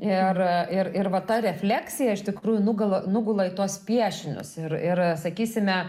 ir ir ir va ta refleksija iš tikrųjų nugula nugula į tuos piešinius ir ir sakysime